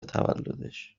تولدش